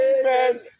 Amen